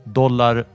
dollar